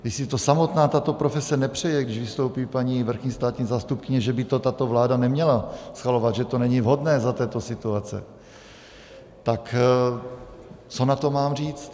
Když si to samotná tato profese nepřeje, když vystoupí paní vrchní státní zástupkyně, že by to tato vláda neměla schvalovat, že to není vhodné za této situace, tak co na to mám říct?